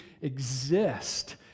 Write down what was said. exist